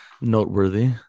noteworthy